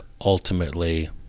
ultimately